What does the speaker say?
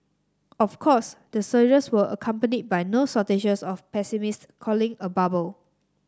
of course the surges were accompanied by no shortage of pessimists calling a bubble